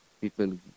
people